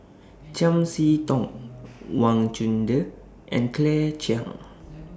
Chiam See Tong Wang Chunde and Claire Chiang